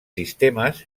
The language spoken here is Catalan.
sistemes